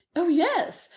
oh, yes,